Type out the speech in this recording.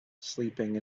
sleeping